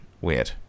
weird